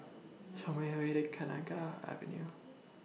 Show Me The Way to Kenanga Avenue